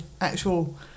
actual